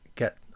Get